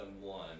one